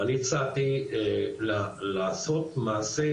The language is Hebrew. ואני הצעתי לעשות מעשה